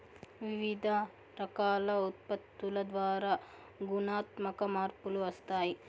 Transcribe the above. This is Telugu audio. వివిధ రకాల ఉత్పత్తుల ద్వారా గుణాత్మక మార్పులు వస్తాయి